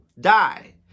die